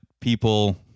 people